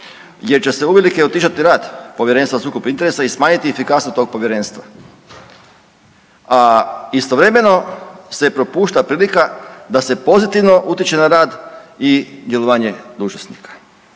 jer će se uvelike otežati rad Povjerenstva za sukob interesa i smanjiti efikasnost tog povjerenstva, a istovremeno se propušta prilika da se pozitivno utječe na rad i djelovanje dužnosnika.